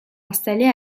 installer